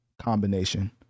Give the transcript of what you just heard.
combination